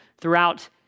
throughout